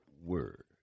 word